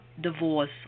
divorce